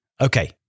Okay